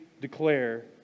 declare